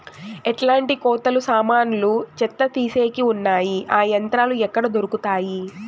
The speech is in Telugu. ఎట్లాంటి కోతలు సామాన్లు చెత్త తీసేకి వున్నాయి? ఆ యంత్రాలు ఎక్కడ దొరుకుతాయి?